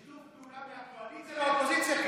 בשיתוף פעולה מהקואליציה והאופוזיציה,